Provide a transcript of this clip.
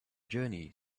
journey